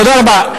תודה רבה.